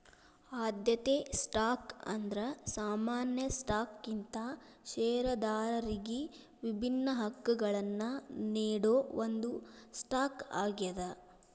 ಆದ್ಯತೆ ಸ್ಟಾಕ್ ಅಂದ್ರ ಸಾಮಾನ್ಯ ಸ್ಟಾಕ್ಗಿಂತ ಷೇರದಾರರಿಗಿ ವಿಭಿನ್ನ ಹಕ್ಕಗಳನ್ನ ನೇಡೋ ಒಂದ್ ಸ್ಟಾಕ್ ಆಗ್ಯಾದ